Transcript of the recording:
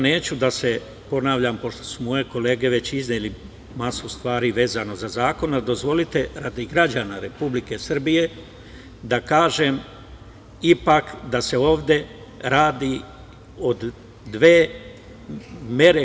Neću da se ponavljam, pošto su moje kolege iznele već masu stvari vezano za zakon, ali dozvolite radi građana Republike Srbije da kažem ipak da se ovde radi o dve mere.